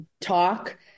talk